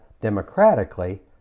democratically